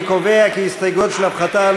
ההסתייגויות לסעיף 34,